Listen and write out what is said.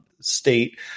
state